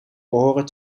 behoren